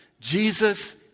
Jesus